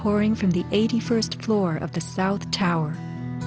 pouring from the eighty first floor of the south tower